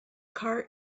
car